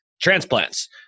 transplants